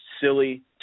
silly